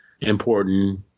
important